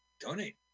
donate